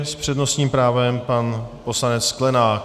S přednostním právem pan poslanec Sklenák.